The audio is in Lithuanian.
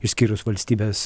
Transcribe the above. išskyrus valstybės